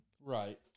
Right